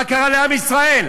מה קרה לעם ישראל?